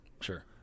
Sure